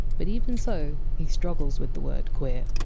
but even so, he struggles with the word! queer!